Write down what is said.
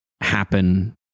Happen